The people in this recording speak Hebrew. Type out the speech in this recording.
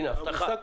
הנה, הבטחה.